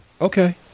Okay